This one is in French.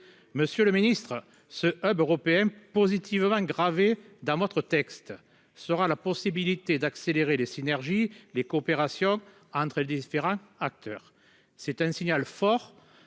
Monsieur le Ministre, ce européen positivement gravé dans votre texte sera la possibilité d'accélérer les synergies, les coopérations entre elles différents acteurs : c'est un signal fort